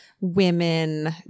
women